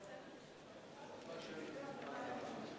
התשע"ב 2012,